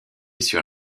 sur